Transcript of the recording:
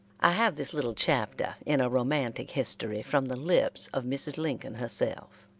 i have this little chapter in a romantic history from the lips of mrs. lincoln herself.